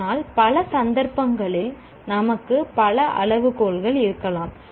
ஆனால் பல சந்தர்ப்பங்களில் நமக்கு பல அளவுகோல்கள் இருக்கலாம்